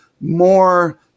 more